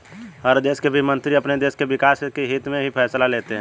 हर देश के वित्त मंत्री अपने देश के विकास के हित्त में ही फैसले लेते हैं